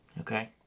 Okay